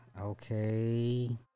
Okay